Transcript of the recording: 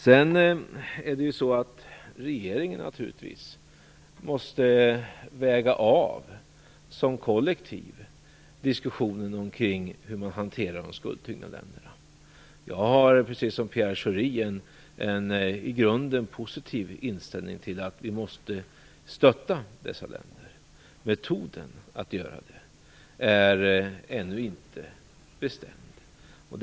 Sedan är det så att regeringen som kollektiv naturligtvis måste väga av diskussionen om hur man hanterar de skuldtyngda länderna. Jag har, precis som Pierre Schori, en i grunden positiv inställning till att vi måste stötta dessa länder. Metoden att göra det är ännu inte bestämd.